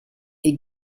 est